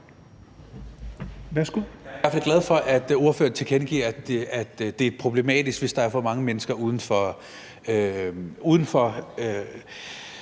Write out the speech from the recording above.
Jeg er i hvert fald glad for, at ordføreren tilkendegiver, at det er problematisk, hvis der er for mange mennesker uden for